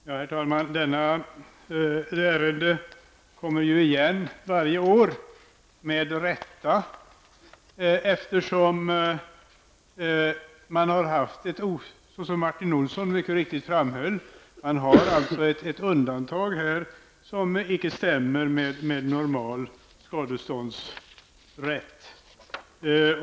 Herr talman! Detta ärende kommer med rätta igen varje år, eftersom man har haft, såsom Martin Olsson mycket riktigt framhöll, ett undantag som inte stämmer med normal skadeståndsrätt.